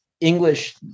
English